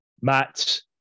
Matt